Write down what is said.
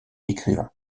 écrivain